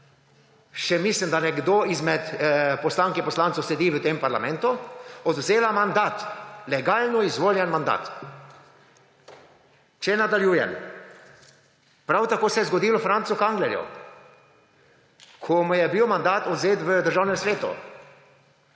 mislim, da še nekdo izmed poslank in poslancev sedi v tem parlamentu, odvzela mandat, legalno izvoljen mandat. Če nadaljujem, prav tako se je zgodilo Francu Kanglerju, ko mu je bil mandat odvzet v Državnem svetu.